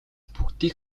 бүгдийг